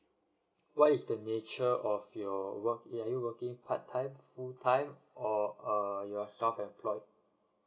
what is the nature of your work are you working part time full time or err you're self employed